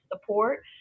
support